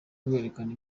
kwerekana